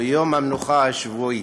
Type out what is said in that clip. ביום המנוחה השבועי